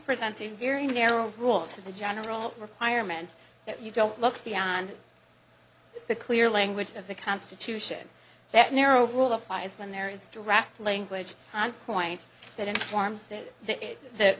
presenting a very narrow rule to the general requirement that you don't look beyond the clear language of the constitution that narrow rule of law is when there is a draft language point that informs that the